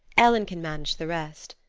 ellen can manage the rest.